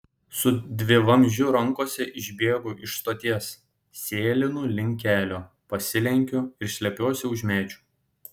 su dvivamzdžiu rankose išbėgu iš stoties sėlinu link kelio pasilenkiu ir slepiuosi už medžių